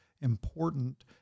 important